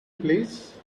place